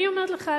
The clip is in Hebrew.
אני אומרת לך,